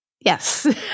Yes